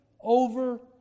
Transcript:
over